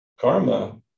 karma